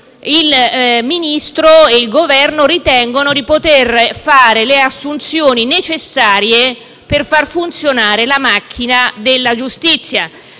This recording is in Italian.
il Ministro e il Governo ritengono di poter fare le assunzioni necessarie per far funzionare la macchina della giustizia.